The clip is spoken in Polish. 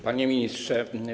Panie Ministrze!